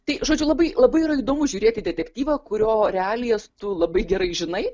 tai žodžiu labai labai yra įdomu žiūrėti detektyvą kurio realijas tu labai gerai žinai